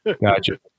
Gotcha